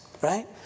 right